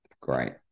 great